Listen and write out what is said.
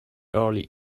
early